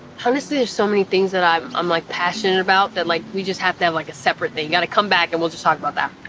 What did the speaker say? honestly, there's so many things that i'm um like passionate about that like we just have have like a separate thing. you gotta come back and we'll just talk about that.